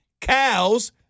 Cows